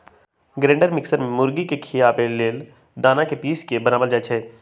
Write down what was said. grinder mixer में मुर्गी के खियाबे लेल दना के पिस के बनाएल जाइ छइ